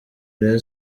rayon